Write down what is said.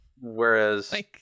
Whereas